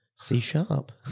C-sharp